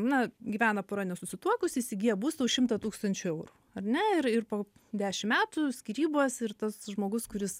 na gyvena pora nesusituokus įsigyja būstą už šimtą tūkstančių eurų ar ne ir ir po dešim metų skyrybos ir tas žmogus kuris